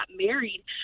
married